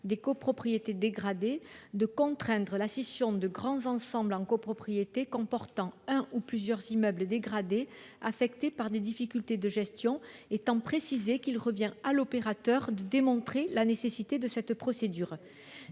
l’opérateur d’une Orcod d’imposer la scission des grands ensembles en copropriétés comportant un ou plusieurs immeubles dégradés affectés par des difficultés de gestion, étant précisé qu’il revient à l’opérateur de démontrer la nécessité de cette procédure.